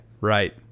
right